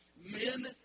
Men